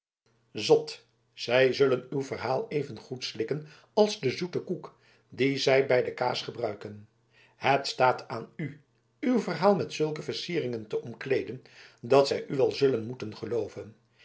zot zij zullen uw verhaal evengoed slikken als de zoete koek die zij bij de kaas gebruiken het staat aan u uw verhaal met zulke versieringen te omkleeden dat zij u wel zullen moeten gelooven